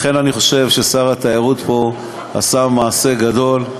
לכן אני חושב ששר התיירות עשה פה מעשה גדול.